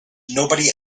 nobody